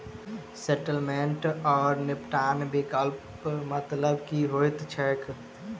Settlement आओर निपटान विकल्पक मतलब की होइत छैक?